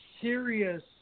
serious